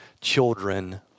children